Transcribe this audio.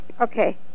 Okay